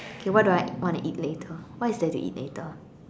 okay what do I want to eat later what is there to eat later